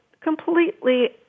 completely